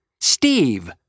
Steve